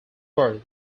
bird